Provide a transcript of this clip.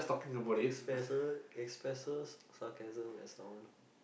expresses expresses sarcasm as norm